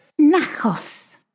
Nachos